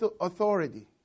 authority